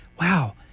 wow